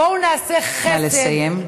בואו נעשה חסד, נא לסיים.